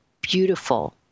beautiful